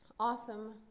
Awesome